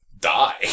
die